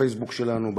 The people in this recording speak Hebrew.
בפייסבוק שלנו.